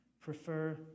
Prefer